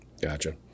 Gotcha